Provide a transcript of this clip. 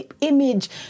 image